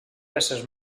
peces